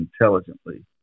intelligently